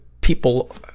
people